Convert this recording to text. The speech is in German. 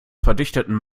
verdichtetem